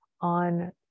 on